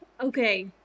Okay